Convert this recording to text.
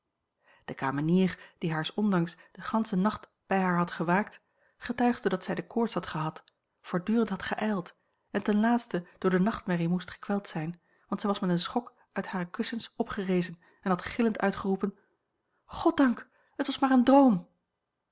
de kamenier die haars ondanks den ganschen nacht bij haar had gewaakt getuigde dat zij de koorts had gehad voortdurend had geijld en ten laatste door de nachtmerrie moest gekweld a l g bosboom-toussaint langs een omweg zijn want zij was met een schok uit hare kussens opgerezen en had gillend uitgeroepen goddank het was maar een droom